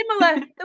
similar